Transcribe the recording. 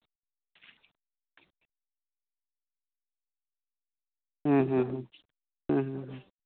ᱦᱮᱸ ᱦᱮᱸ ᱦᱮᱸ ᱦᱮᱸ